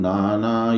Nana